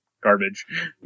garbage